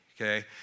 Okay